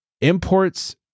imports